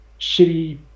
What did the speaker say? shitty